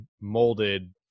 molded